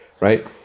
Right